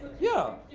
yeah.